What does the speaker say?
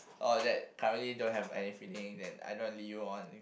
or that currently don't have any feelings and I don't want to lead you on